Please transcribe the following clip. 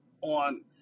on